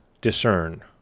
discern